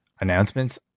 announcements